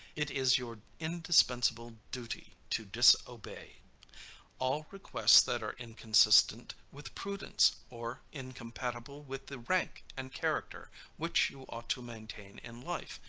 it is your indispensable duty to disobey. all requests that are inconsistent with prudence, or incompatible with the rank and character which you ought to maintain in life,